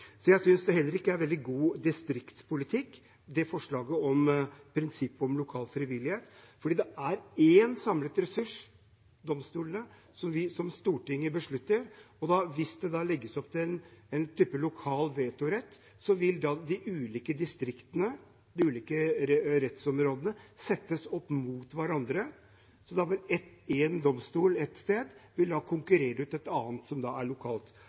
Jeg synes heller ikke prinsippet om lokal frivillighet er veldig god distriktspolitikk, for det er én samlet ressurs, domstolene, som Stortinget beslutter, og hvis det legges opp til en type lokal vetorett, vil de ulike distriktene, de ulike rettsområdene, settes opp mot hverandre. Én domstol ett sted vil da konkurrere ut et annet. Dette er